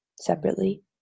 separately